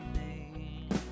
name